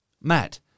matt